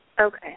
Okay